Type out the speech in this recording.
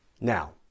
Now